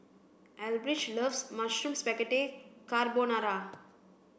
Elbridge loves Mushroom Spaghetti Carbonara